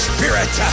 Spirit